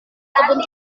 kebun